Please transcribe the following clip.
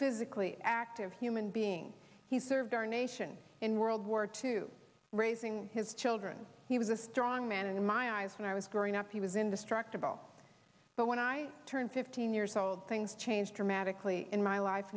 physically active human being he served our nation in world war two raising his children he was a strong man in my eyes and i was growing up he was indestructible but when i turned fifteen years old things changed dramatically in my life